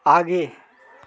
आगे